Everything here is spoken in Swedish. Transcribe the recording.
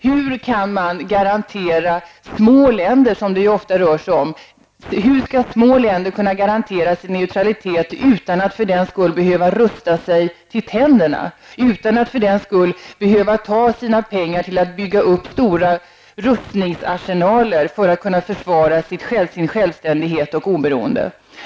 Hur skall små länder, som det ju ofta rör sig om, kunna garanteras en neutralitet utan att för den skull behöva rusta sig till tänderna och utan att för den skull behöva ta sina pengar till att bygga upp stora rustningsarsenaler för att kunna försvara sin självständighet och sitt oberoende?